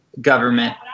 government